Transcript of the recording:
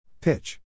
Pitch